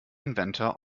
inventor